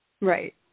Right